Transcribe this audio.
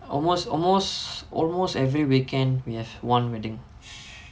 almost almost almost every weekend we have one wedding